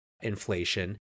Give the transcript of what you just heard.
inflation